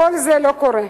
כל זה לא קורה.